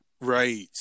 right